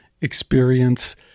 experience